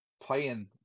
playing